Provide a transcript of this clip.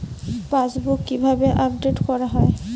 Passbook কিভাবে update করা হয়?